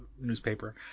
newspaper